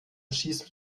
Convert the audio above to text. schieß